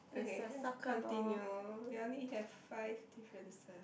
okay continue you only have five differences